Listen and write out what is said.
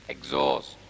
Exhaust